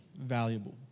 valuable